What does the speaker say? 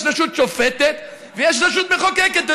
יש רשות שופטת ויש רשות מחוקקת,